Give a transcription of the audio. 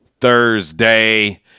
Thursday